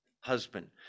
husband